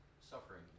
suffering